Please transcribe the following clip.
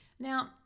Now